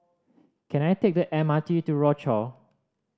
can I take the M R T to Rochor